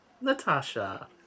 Natasha